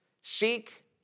Seek